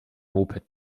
moped